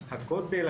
הכותל,